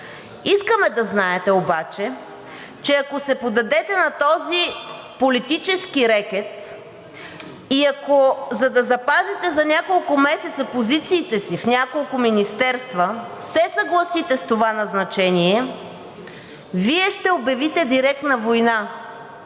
Искаме да знаете обаче, че ако се поддадете на този политически рекет и ако, за да запазите за няколко месеца позициите си в няколко министерства, се съгласите с това назначение, Вие ще обявите директна война